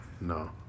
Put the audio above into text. No